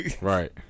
Right